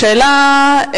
השאלה,